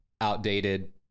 outdated